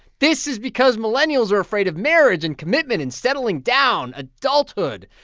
this is because millennials are afraid of marriage and commitment and settling down adulthood.